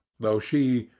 though she,